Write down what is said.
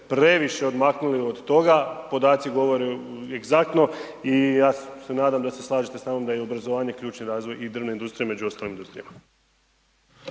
previše odmaknuli od toga, podaci govore egzaktno i ja se nadam da se slažete sa mnom da je i obrazovanje ključni razvoj i drvne industrije, među ostalim industrijama.